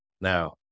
now